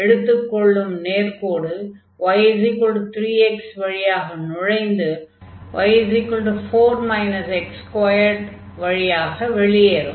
எடுத்துக் கொள்ளும் நேர்க்கோடு y3x வழியாக நுழைந்து y 4 x2 வழியாக வெளியேறும்